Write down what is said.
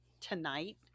tonight